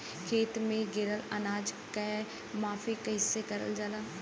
खेत में गिरल अनाज के माफ़ी कईसे करल जाला?